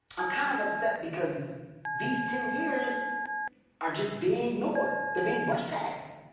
i'm kind of upset because these ten years are just being ignored, they're being brushed past.